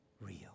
real